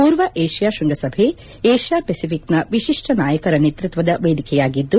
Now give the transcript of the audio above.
ಪೂರ್ವ ಏಷ್ನಾ ಶ್ವಂಗಸಭೆ ಏಷ್ಯಾ ಪೆಸಿಫಿಕ್ನ ವಿಶಿಷ್ಟ ನಾಯಕರ ನೇತೃತ್ವದ ವೇದಿಕೆಯಾಗಿದ್ದು